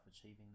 achieving